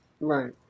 Right